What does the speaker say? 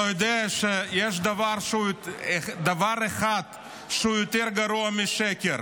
אתה יודע שיש דבר אחד שהוא יותר גרוע משקר,